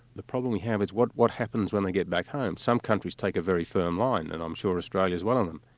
the problem we have is what what happens when they get back home? some countries take a very firm line, and i'm sure australia is one of them,